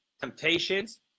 temptations